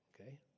Okay